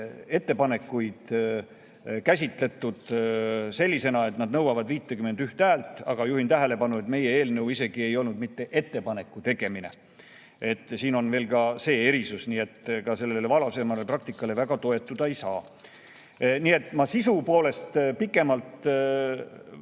ettepanekuid käsitletud sellisena, et nad nõuavad 51 häält. Aga juhin tähelepanu, et meie eelnõu ei olnud isegi mitte ettepaneku tegemine, siin on veel ka see erisus, nii et ka sellele varasemale praktikale väga toetuda ei saa. Nii et ma pikemalt meie